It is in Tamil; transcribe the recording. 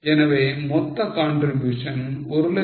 எனவே மொத்த contribution 193500